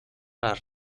las